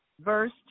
Verse